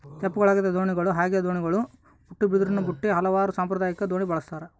ತೆಪ್ಪಗಳು ಹಗೆದ ದೋಣಿಗಳು ಹಾಯಿ ದೋಣಿಗಳು ಉಟ್ಟುಬಿದಿರಿನಬುಟ್ಟಿ ಹಲವಾರು ಸಾಂಪ್ರದಾಯಿಕ ದೋಣಿ ಬಳಸ್ತಾರ